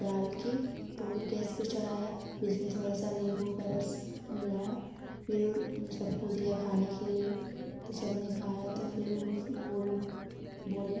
डाल कर तो गैस पर चढ़ाया फिर उसमें थोड़ा सा नीम्बू का रस मिलाया फिर उन सबको दिया खाने के लिए तो सबने खाया तो फिर उस वो लोग बोले